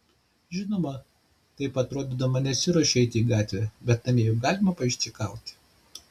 žinoma taip atrodydama nesiruošiu eiti į gatvę bet namie juk galima paišdykauti